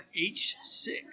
H6